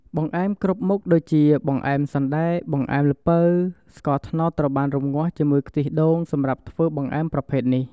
បង្អែមគ្រប់មុខដូចជា បង្អែមសណ្តែក បង្អែមល្ពៅ ស្ករត្នោតត្រូវបានរំងាស់ជាមួយខ្ទិះដូង សម្រាប់ធ្វើបង្អែមប្រភេទនេះ។